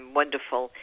wonderful